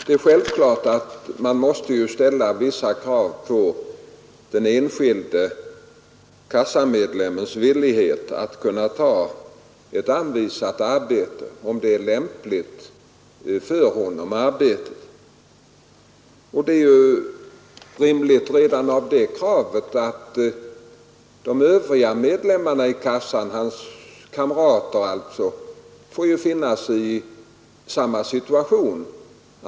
Det är självklart att man måste ställa vissa krav på den enskilde kassamedlemmens villighet att ta ett anvisat arbete, om det är lämpligt för honom. Det är ju rimligt redan av det skälet att de övriga medlemmarna i kassan, hans kamrater alltså, får finna sig i samma situation.